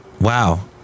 Wow